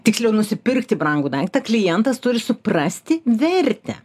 tiksliau nusipirkti brangų daiktą klientas turi suprasti vertę